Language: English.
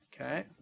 Okay